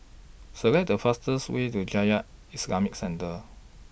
Select The fastest Way to Jamiyah Islamic Centre